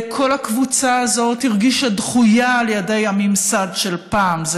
כל הקבוצה הזאת הרגישה דחויה על ידי הממסד של פעם.